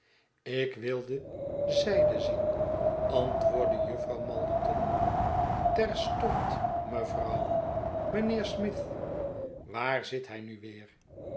ik wilde zijde zien antwoordde jufvrouw malderton terstond mevrouw mijnheer smith waar zit hij nu weer